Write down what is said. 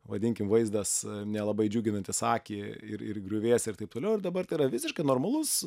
vadinkim vaizdas nelabai džiuginantis akį ir ir griuvėsiai ir taip toliau ir dabar tai yra visiškai normalus